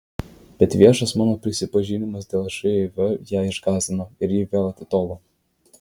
bet viešas mano prisipažinimas dėl živ ją išgąsdino ir ji vėl atitolo